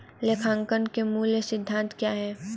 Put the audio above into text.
लेखांकन के मूल सिद्धांत क्या हैं?